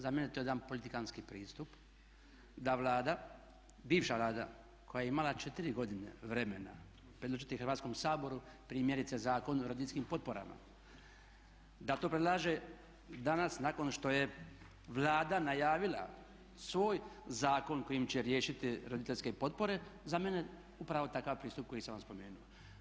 Za mene je to jedan politikanski pristup, da Vlada bivša Vlada koja je imala četiri godine vremena predložiti Hrvatskom saboru primjerice Zakon o roditeljskim potporama, da to predlaže danas nakon što je Vlada najavila svoj zakon kojim će riješiti roditeljske potpore za mene je upravo takav pristup koji sam vam spomenuo.